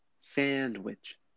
sandwich